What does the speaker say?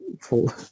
full